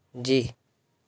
جی